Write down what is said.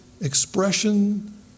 expression